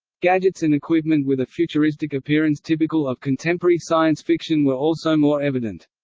gadgets and equipment with a futuristic appearance typical of contemporary science fiction were also more evident.